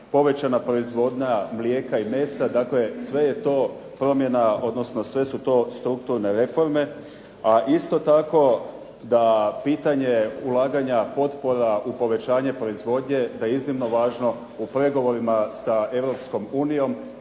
povećana proizvodnja mlijeka i mesa, dakle, sve je to promjena, odnosno sve su to strukturne reforme. A isto tako da pitanje ulaganja potpora u povećanje proizvodnje, da je iznimno važno u pregovorima sa